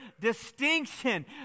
distinction